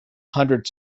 hundred